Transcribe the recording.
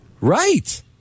Right